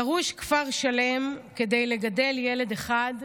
דרוש כפר שלם כדי לגדל ילד אחד,